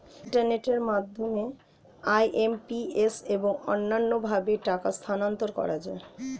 ইন্টারনেটের মাধ্যমে আই.এম.পি.এস এবং অন্যান্য ভাবে টাকা স্থানান্তর করা যায়